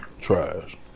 Trash